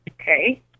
Okay